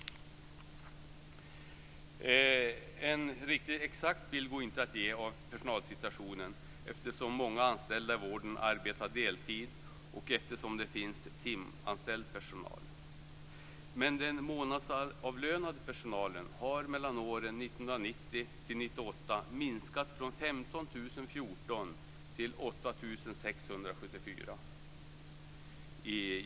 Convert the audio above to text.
Det går inte att ge en riktigt exakt bild av personalsituationen eftersom många anställda i vården arbetar deltid och eftersom det finns timanställd personal. Men den månadsavlönade personalen har minskat från 15 014 till 8 674 i Gävleborgs län under åren 1990-1998.